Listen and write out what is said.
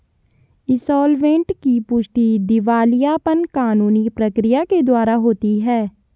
insolvent की पुष्टि दिवालियापन कानूनी प्रक्रिया के द्वारा होती है